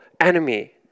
enemy